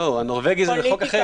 הנורבגי זה בחוק אחר.